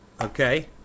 Okay